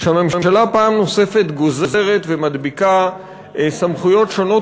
שהממשלה פעם נוספת גוזרת ומדביקה סמכויות שונות